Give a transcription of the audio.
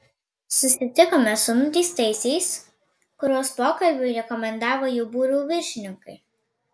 susitikome su nuteistaisiais kuriuos pokalbiui rekomendavo jų būrių viršininkai